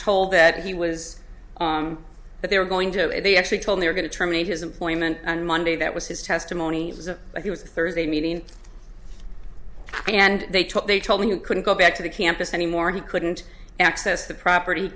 told that he was but they were going to they actually told they were going to terminate his employment and monday that was his testimony it was a he was thursday meeting and they took they told me you couldn't go back to the campus anymore he couldn't access the property